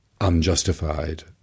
unjustified